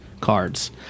cards